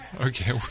Okay